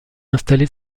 installé